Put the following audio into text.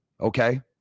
Okay